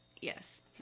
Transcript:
Yes